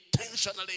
intentionally